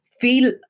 feel